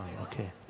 Okay